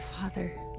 Father